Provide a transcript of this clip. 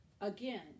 again